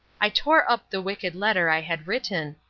i tore up the wicked letter i had written,